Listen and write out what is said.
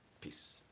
Peace